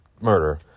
murder